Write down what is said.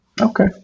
Okay